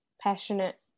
passionate